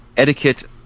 etiquette